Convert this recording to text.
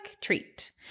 treat